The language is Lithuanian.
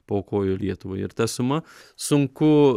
paaukojo lietuvai ir ta suma sunku